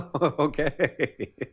Okay